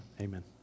Amen